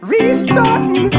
Restarting